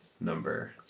number